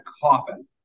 coffin